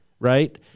Right